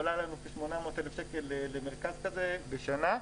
עולה לנו כ-800,000 שקל למרכז כזה בשנה.